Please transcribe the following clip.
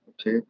Okay